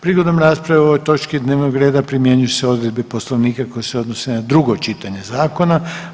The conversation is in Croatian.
Prigodom rasprave o ovoj točki dnevnog reda primjenjuju se odredbe Poslovnika koje se odnose na drugo čitanje zakona.